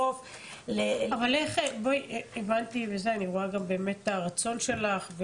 אני רואה באמת את הרצון שלך,